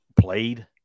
played